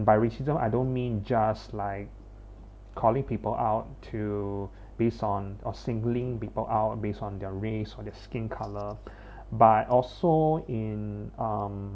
by racism I don't mean just like calling people out to based on or singling people out based on their race or their skin color but also in um